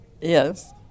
Yes